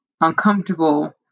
uncomfortable